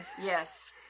Yes